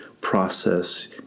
process